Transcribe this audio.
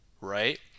right